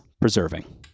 preserving